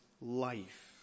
life